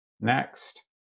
Next